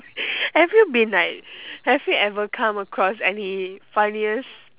have you been like have you ever come across any funniest